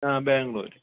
ആ ബാംഗ്ലൂര്